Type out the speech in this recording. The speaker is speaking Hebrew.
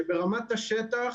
שברמת השטח